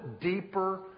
deeper